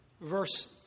verse